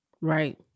Right